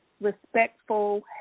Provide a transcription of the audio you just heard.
respectful